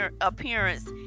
appearance